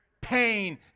pain